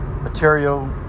material